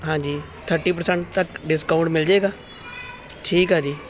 ਹਾਂਜੀ thirty percent ਤੱਕ discount ਮਿਲ ਜੇਗਾ ਠੀਕ ਆ ਜੀ